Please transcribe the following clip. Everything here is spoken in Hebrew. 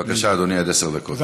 בבקשה, אדוני, עד עשר דקות.